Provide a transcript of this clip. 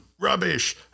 rubbish